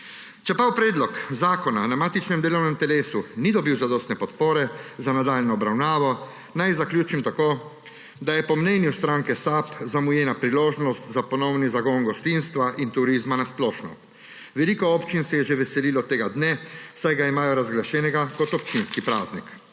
Čeprav predlog zakona na matičnem delovnem telesu ni dobil zadostne podpore za nadaljnjo obravnavo, naj zaključim tako, da je po mnenju stranke SAB zamujena priložnost za ponovni zagon gostinstva in turizma na splošno. Veliko občin se je že veselilo tega dne, saj ga imajo razglašenega kot občinski praznik.